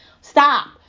Stop